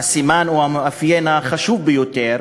הסימן או המאפיין החשוב ביותר,